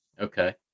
okay